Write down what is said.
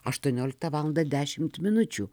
aštuonioliktą valandą dešimt minučių